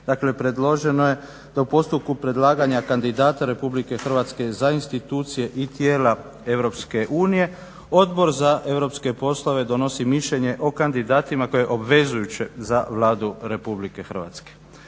Dakle, predloženo je da u postupku predlaganja kandidata Republike Hrvatske za institucije i tijela EU Odbor za europske poslove donosi mišljenje o kandidatima koje je obvezujuće za Vladu Republike Hrvatske.